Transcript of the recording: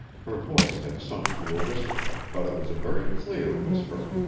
her voice had sunk to a whisper, but it was a very clear whisper.